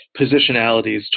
positionalities